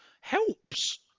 helps